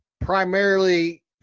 primarily